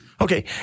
Okay